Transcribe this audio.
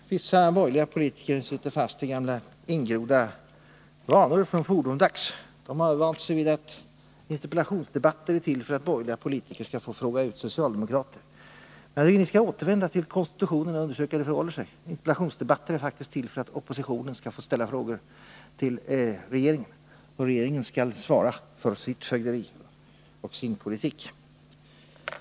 Herr talman! Vissa borgerliga politiker sitter fast i gamla ingrodda vanor från fordomdags. De har vant sig vid att interpellationsdebatter är till för att borgerliga politiker skall få fråga ut socialdemokrater. Jag tycker att vi skall återvända till konstitutionen och följa vad som där föreskrivs, nämligen att interpellationsdebatter faktiskt är till för att oppositionen skall få ställa frågor till regeringen och för att regeringen skall svara för sitt fögderi och sin politik.